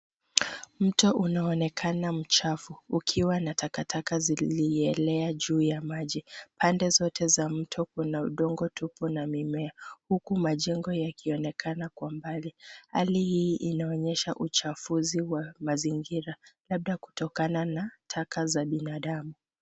Mto unaoonekana mchafu, ukiwa na takataka zilielea juu ya maji. Pande zote za mto kuna udongo tupu, kuna mimea, huku majengo yakionekana kwa mbali. Hali hii inaonyesha uchafuzi wa mazingira labda kutokana na taka za binadamu.